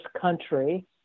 country